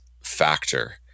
Factor